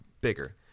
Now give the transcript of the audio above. bigger